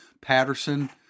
Patterson